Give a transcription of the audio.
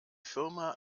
firma